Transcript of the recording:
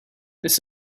this